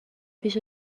پیش